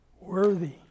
worthy